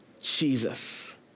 Jesus